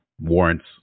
warrants